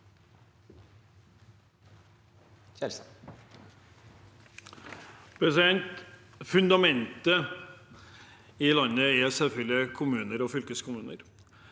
Fundamentet i landet er selvfølgelig kommuner og fylkeskommuner,